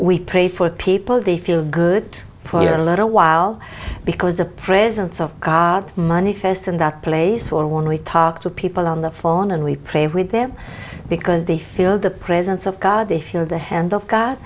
we pray for people they feel good for a little while because the presence of god money first and that plays on we talk to people on the phone and we pray with them because they feel the presence of god they feel the hand of god